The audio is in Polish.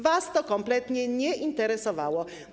Was to kompletnie nie interesowało.